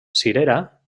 cirera